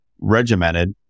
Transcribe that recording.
regimented